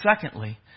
Secondly